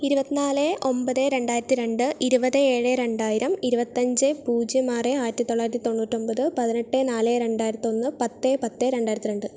ഇരുപത്തിനാല് ഒൻപത് രണ്ടായിരത്തി രണ്ട് ഇരുപത് ഏഴ് രണ്ടായിരം ഇരുപത്തിയഞ്ച് പൂജ്യം ആറ് ആയിരത്തിത്തൊള്ളായിരത്തി തൊണ്ണൂറ്റൊൻപത് പതിനെട്ട് നാലും രണ്ടായിരത്തി ഒന്ന് പത്ത് പത്ത് രണ്ടായിരത്തി രണ്ട്